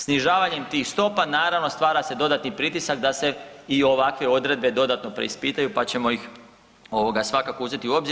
Snižavanjem tih stopa naravno stvara se dodatni pritisak da se i ovakve odredbe dodatno preispitaju pa ćemo ih svakako uzeti u obzir.